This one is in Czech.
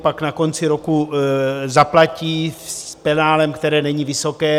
Pak na konci roku zaplatí s penále, které není vysoké.